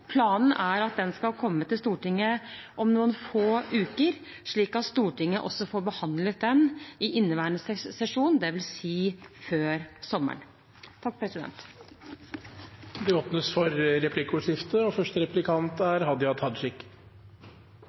Planen er at den skal komme til Stortinget om noen få uker, slik at Stortinget får behandlet den i inneværende sesjon, dvs. før sommeren. Det blir replikkordskifte.